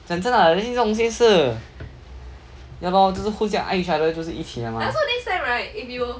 讲真的 actually 这种东西是 ya lor 就是互相爱 each other 就是一起了吗